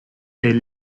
est